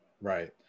Right